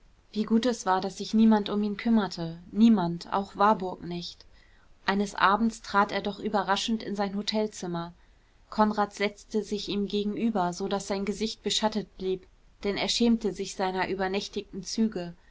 wie gut es war daß niemand sich um ihn kümmerte niemand auch warburg nicht eines abends trat er doch überraschend in sein hotelzimmer konrad setzte sich ihm gegenüber so daß sein gesicht beschattet blieb denn er schämte sich seiner übernächtigen züge